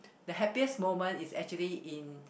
the happiest moment is actually in